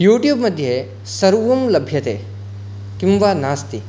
YouTube मध्ये सर्वं लभ्यते किं वा नास्ति